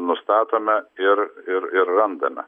nustatome ir ir ir randame